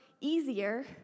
easier